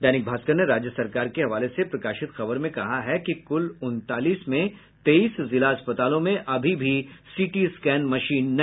दैनिक भास्कर ने राज्य सरकार के हवाले से प्रकाशित खबर में कहा है कि कुल उनतालीस में तेईस जिला अस्पतालों में अभी भी सीटी स्कैन मशीन नहीं